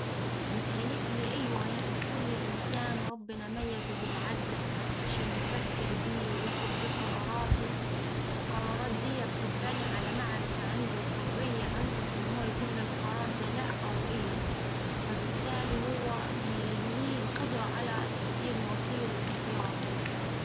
متهيقلي إيوه يعني، كل إنسان ربنا ميزه بالعقل عشان يفكر بيه وياخد بيه قراراته والقرارات دي بتتبني على معرفة عنده وحرية عنده في إنه هوه يقول للقرار دا لأ أو إيوه. فبالتالي، هوه بي ليه القدرة على تحديد مصيره واختياره.